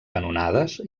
canonades